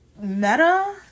meta